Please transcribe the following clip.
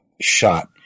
shot